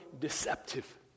deceptive